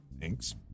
Thanks